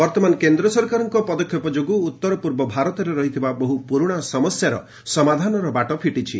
ବର୍ତ୍ତମାନ କେନ୍ଦ୍ର ସରକାରଙ୍କ ପଦକ୍ଷେପ ଯୋଗୁଁ ଉତ୍ତର ପୂର୍ବ ଭାରତରେ ରହିଥିବା ବହୁ ପୁରୁଣା ସମସ୍ୟାର ସମାଧାନ ବାଟ ଫିଟିଛି